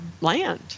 land